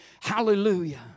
Hallelujah